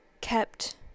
kept